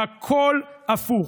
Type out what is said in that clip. הכול הפוך.